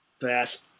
Fast